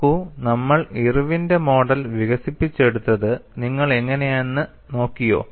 നോക്കൂ നമ്മൾ ഇർവിന്റെ മോഡൽ Irwin's model വികസിപ്പിച്ചെടുത്തത് നിങ്ങൾ എങ്ങനെയെന്ന് നോക്കിയോ